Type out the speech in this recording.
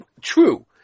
True